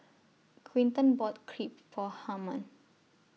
Quinton bought Crepe For Harman